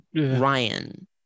Ryan